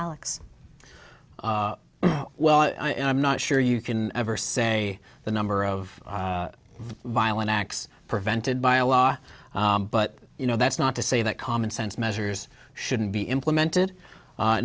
alex well i'm not sure you can ever say the number of violent acts prevented by a law but you know that's not to say that commonsense measures shouldn't be implemented